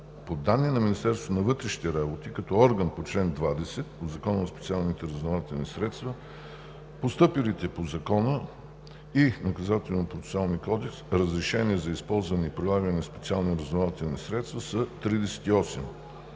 По данни на Министерството на вътрешните работи като орган по чл. 20 от Закона за специалните разузнавателни средства постъпилите по Закона и Наказателно-процесуалния кодекс разрешения за използване и прилагане на специални разузнавателни средства са 38,